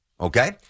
Okay